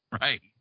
Right